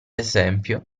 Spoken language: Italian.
esempio